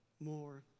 more